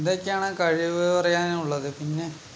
ഇതൊക്കെയാണ് കഴിവ് പറയാനുള്ളത് പിന്നെ